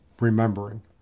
remembering